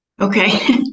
Okay